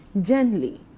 gently